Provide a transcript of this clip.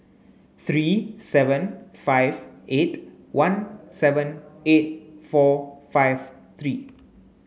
three seven five eight one seven eight four five three